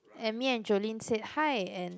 and me and Jolene said hi and